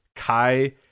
Kai